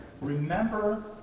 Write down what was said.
remember